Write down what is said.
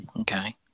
okay